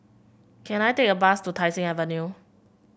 can I take a bus to Tai Seng Avenue